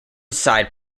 side